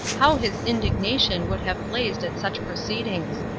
how his indignation would have blazed at such proceedings!